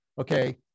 Okay